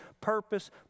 purpose